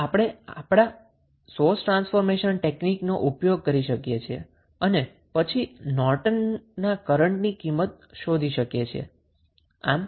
તો આપણે આપણા સોર્સ ટ્રાન્સફોર્મેશન ટેકનીકનો ઉપયોગ કરી શકીએ છીએ અને પછી નોર્ટનના કરન્ટની કિંમત શોધી શકીએ છીએ